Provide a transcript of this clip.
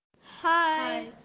Hi